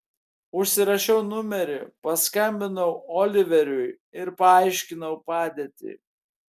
užsirašiau numerį paskambinau oliveriui ir paaiškinau padėtį